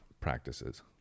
practices